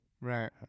Right